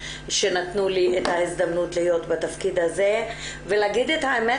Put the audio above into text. ושנתנו לי את ההזדמנות להיות בתפקיד הזה ולהגיד את האמת,